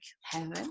heaven